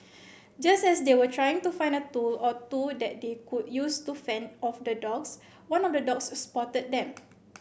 just as they were trying to find a tool or two that they could use to fend off the dogs one of the dogs spotted them